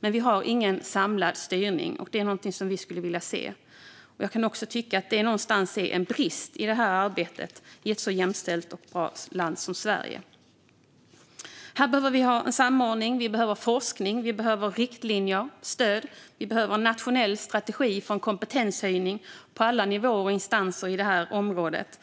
men vi har ingen samlad styrning. Det är någonting som vi skulle vilja se. Jag tycker att det är en brist i det här arbetet, i ett så jämställt och bra land som Sverige. Här behöver vi ha en samordning. Vi behöver forskning. Vi behöver riktlinjer och stöd. Vi behöver en nationell strategi för en kompetenshöjning på alla nivåer och i alla instanser på det här området.